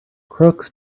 crooks